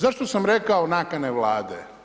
Zašto sam rekao nakane Vlade?